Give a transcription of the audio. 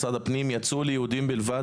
תוכניות המראה של משרד הפנים יצאו ליהודים בלבד,